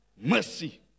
mercy